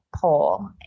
poll